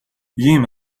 ийм